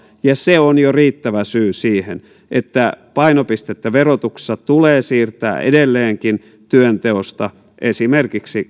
ja jo se on riittävä syy siihen että painopistettä verotuksessa tulee siirtää edelleenkin työnteosta esimerkiksi